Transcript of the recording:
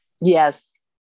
Yes